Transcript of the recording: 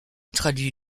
traduit